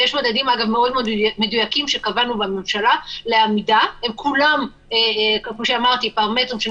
ויש מתחם של סבירות.